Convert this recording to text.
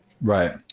Right